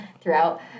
throughout